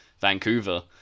Vancouver